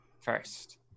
First